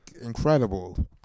incredible